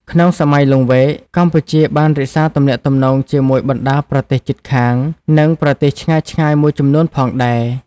ក្នុងសម័យលង្វែក កម្ពុជាបានរក្សាទំនាក់ទំនងជាមួយបណ្ដាប្រទេសជិតខាង និងប្រទេសឆ្ងាយៗមួយចំនួនផងដែរ។